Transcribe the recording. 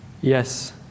yes